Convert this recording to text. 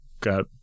got